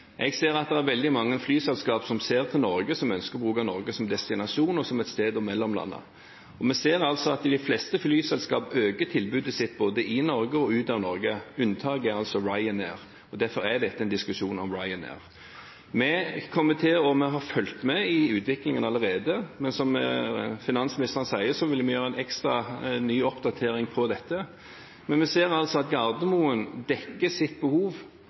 Jeg ser at det er veldig mange flyselskap som ser til Norge, som ønsker å bruke Norge som destinasjon og som et sted å mellomlande, og vi ser at de fleste flyselskap øker tilbudet sitt både i Norge og ut av Norge. Unntaket er altså Ryanair, og derfor er dette en diskusjon om Ryanair. – Vi kommer til å følge med – og vi har fulgt med – i utviklingen allerede, men som finansministeren sier, vil vi gjøre en ekstra, ny oppdatering på dette. Vi ser at Gardermoen dekker sitt behov